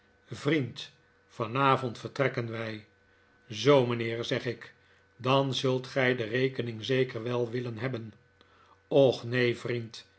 vriend vanavond vertrekken wij zoo mijnheer zeg ik dan zult gij de rekening zeker wel willen hebben och neen